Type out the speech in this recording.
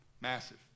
Massive